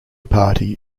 party